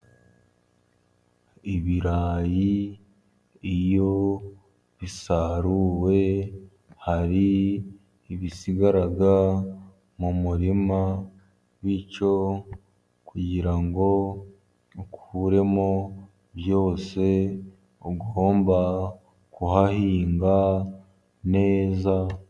Ibirayi iyo bisaruwe hari ibisigara mu murima, bityo kugira ngo ukuremo byose ugomba kuhahinga neza.